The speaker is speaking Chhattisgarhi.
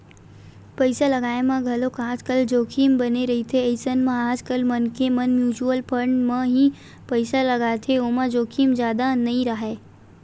पइसा लगाय म घलोक आजकल जोखिम बने रहिथे अइसन म आजकल मनखे मन म्युचुअल फंड म ही पइसा लगाथे ओमा जोखिम जादा नइ राहय